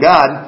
God